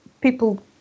people